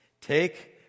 Take